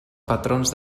patrons